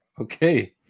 Okay